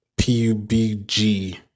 PUBG